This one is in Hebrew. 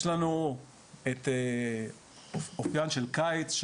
יש לנו את העניין של הקיץ,